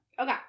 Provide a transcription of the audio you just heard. Okay